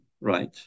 right